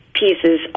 pieces